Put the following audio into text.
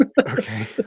okay